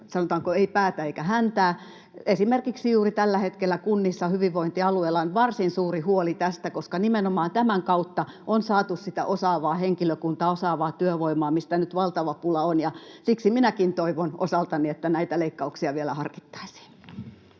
sanotaanko, päätä eikä häntää. Esimerkiksi juuri tällä hetkellä kunnissa, hyvinvointialueilla on varsin suuri huoli tästä, koska nimenomaan tämän kautta on saatu sitä osaavaa henkilökuntaa, osaavaa työvoimaa, mistä nyt valtava pula on. Siksi minäkin toivon osaltani, että näitä leikkauksia vielä harkittaisiin.